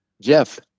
Jeff